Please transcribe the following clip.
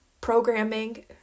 programming